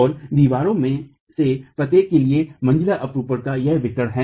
और दीवारों में से प्रत्येक के लिए मंजिला अपरूपण का यह वितरण है